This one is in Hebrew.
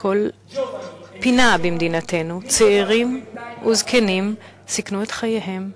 מכל פינה במדינתנו צעירים וזקנים סיכנו את חייהם,